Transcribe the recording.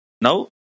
Now